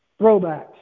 Throwbacks